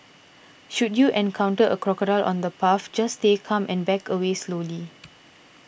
should you encounter a crocodile on the path just stay calm and back away slowly